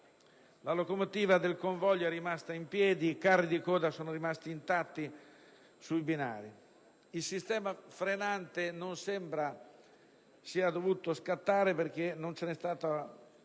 La locomotiva del convoglio è rimasta in piedi, i carri di coda sono rimasti intatti sui binari, il sistema frenante non sembra sia dovuto scattare perché non ve ne era bisogno